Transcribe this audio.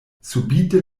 subite